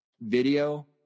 video